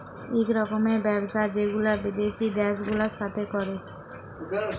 ইক রকমের ব্যবসা যেগুলা বিদ্যাসি দ্যাশ গুলার সাথে ক্যরে